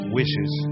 wishes